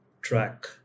track